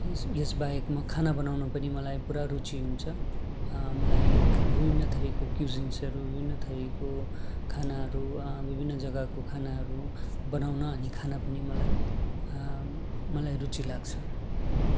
यस yes बाहेक म खाना बनाउन पनि मलाई पूरा रुचि हुन्छ मलाई विभिन्न थरीको क्युजिन्सहरू विभिन्न थरीको खानाहरू विभिन्न जग्गाको खानाहरू बनाउन अनि खान पनि मलाई मलाई रुचि लाग्छ